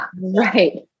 right